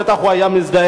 בטח הוא היה מזדעק.